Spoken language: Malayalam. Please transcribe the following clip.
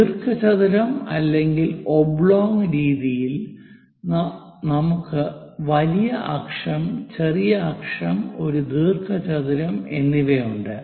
ദീർഘചതുരം അല്ലെങ്കിൽ ഒബ്ലോങ് രീതിയിൽ നമുക്ക് വലിയ അക്ഷം ചെറിയ അക്ഷം ഒരു ദീർഘചതുരം എന്നിവയുണ്ട്